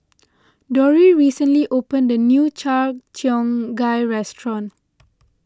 Dori recently opened a new Cheong Gai restaurant